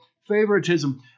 favoritism